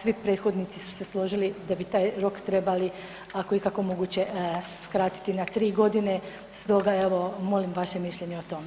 svi prethodnici su se složili da bi taj rok trebali ako je ikako moguće skratiti na tri godine, stoga evo molim vaše mišljenje o tome.